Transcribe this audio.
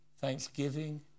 thanksgiving